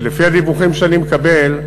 ולפי הדיווחים שאני מקבל,